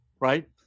right